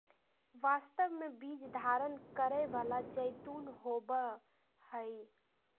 वास्तव में बीज धारण करै वाला जैतून होबो हइ